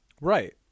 Right